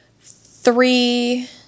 three